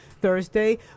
Thursday